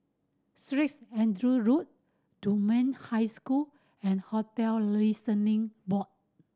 Streets Andrew Road Dunman High School and Hotel Listening Board